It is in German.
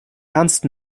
ernst